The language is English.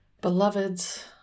beloveds